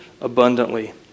abundantly